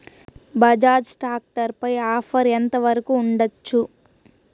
Bajaj tractor పై offer ఎంత వరకు ఉండచ్చు?